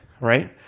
right